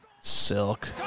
silk